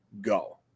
go